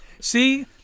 See